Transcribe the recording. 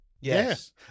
Yes